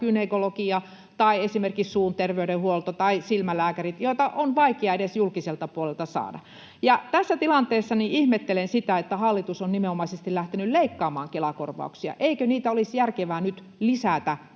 esimerkiksi suun terveydenhuolto tai silmälääkärit — joilta on vaikeaa edes saada hoitoa julkiselta puolelta. Tässä tilanteessa ihmettelen sitä, että hallitus on nimenomaisesti lähtenyt leikkaamaan Kela-korvauksia. Eikö niitä olisi järkevää nyt lisätä,